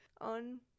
on